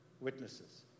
witnesses